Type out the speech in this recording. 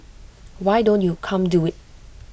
why don't you come do IT